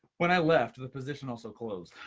when i left, the position also closed